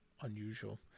unusual